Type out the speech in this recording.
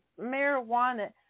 marijuana